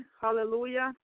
hallelujah